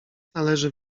należy